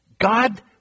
God